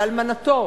ואלמנתו